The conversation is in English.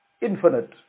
infinite